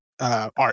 art